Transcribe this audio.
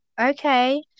Okay